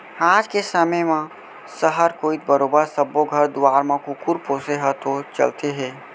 आज के समे म सहर कोइत बरोबर सब्बो घर दुवार म कुकुर पोसे ह तो चलते हे